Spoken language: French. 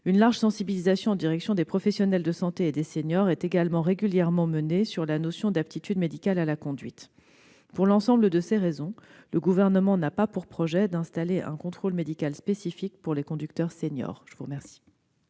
Une large sensibilisation en direction des professionnels de santé et des seniors est également régulièrement menée sur la notion d'aptitude médicale à la conduite. Pour l'ensemble de ces raisons, le Gouvernement n'a pas pour projet d'instaurer un contrôle médical spécifique pour les conducteurs seniors. La parole